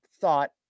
thought